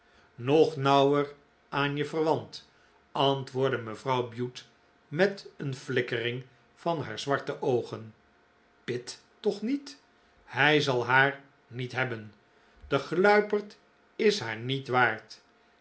nog nauwer aan je verwant antwoorddc mevrouw bute met een flikkering van haar zwarte oogen pitt toch niet hij zal haar niet hebben de gluiperd is haar niet waard